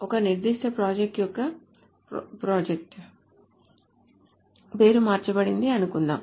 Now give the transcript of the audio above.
ఒక నిర్దిష్ట ప్రాజెక్ట్ యొక్క ప్రాజెక్ట్ పేరు మార్చబడిందని అనుకుందాం